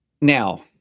Now